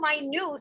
minute